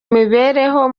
mibereho